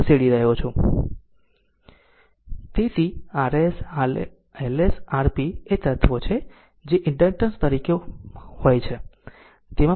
તેથી Rs Ls Rp એ તત્વો છે જે ઇન્ડકટન્સ તરીકે સર્કિટ માં હોય છે